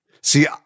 See